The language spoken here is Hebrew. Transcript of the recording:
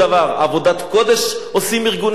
עבודת קודש עושים ארגוני הסיוע?